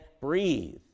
breathe